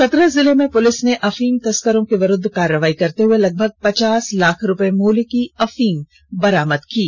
Chatra police ने अफीम तस्करों के विरूद्व कार्रवाई करते हुए लगभग पचास लाख रूपये मूल्य की अफीम बरामद की है